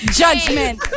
judgment